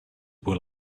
will